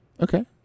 Okay